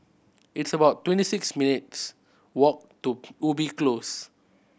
it's about twenty six minutes' walk to Ubi Close